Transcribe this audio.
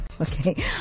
Okay